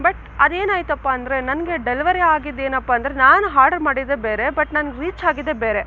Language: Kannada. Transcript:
ಬಟ್ ಅದೇನಾಯ್ತಪ್ಪ ಅಂದರೆ ನನಗೆ ಡೆಲಿವರಿ ಆಗಿದ್ದೇನಪ್ಪಾ ಅಂದರೆ ನಾನು ಆರ್ಡರ್ ಮಾಡಿದ್ದೇ ಬೇರೆ ಬಟ್ ನನ್ಗೆ ರೀಚಾಗಿದ್ದೇ ಬೇರೆ